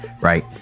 right